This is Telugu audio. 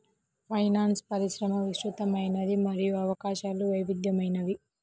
ఫైనాన్స్ పరిశ్రమ విస్తృతమైనది మరియు అవకాశాలు వైవిధ్యమైనవి